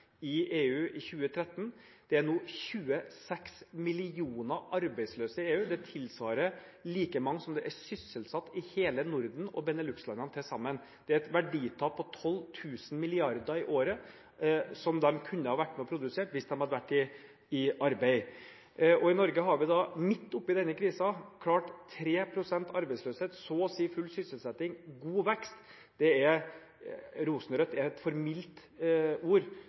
i EU i 2013. Det er nå 26 millioner arbeidsløse i EU. Det tilsvarer like mange som det er sysselsatt i hele Norden og Benelux-landene til sammen. Det er et verditap på 12 000 milliarder i året, som de kunne vært med å produsere hvis de hadde vært i arbeid. I Norge har vi midt oppi denne krisen klart 3 pst. arbeidsløshet – så å si full sysselsetting – og god vekst. «Rosenrødt» er et for mildt ord for å beskrive et